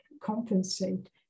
compensate